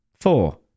four